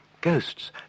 Ghosts